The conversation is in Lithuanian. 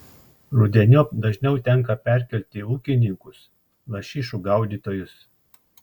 rudeniop dažniau tenka perkelti ūkininkus lašišų gaudytojus